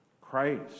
Christ